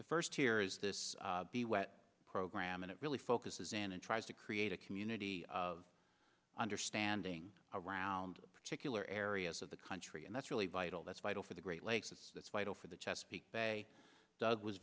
the first here is this the wet program and it really focuses in and tries to create a community of understanding around particular areas of the country and that's really vital that's vital for the great lakes is for the chesapeake bay doug was